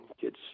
kid's